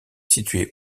situé